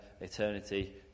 eternity